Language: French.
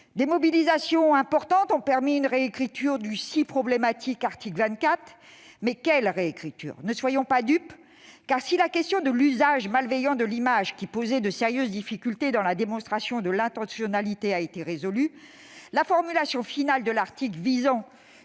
Des mobilisations importantes ont permis une réécriture du si problématique article 24. Mais quelle réécriture ? Ne soyons pas dupes. Si la question de l'« usage malveillant de l'image », qui posait de sérieuses difficultés dans la démonstration de l'intentionnalité, a été résolue, la formulation finale de l'article visant